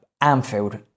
Anfield